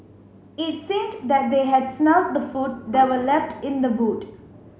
it seemed that they had smelt the food that were left in the boot